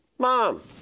Mom